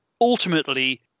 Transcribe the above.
ultimately